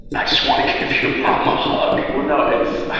i just want to give your mom a hug. well, no, it's,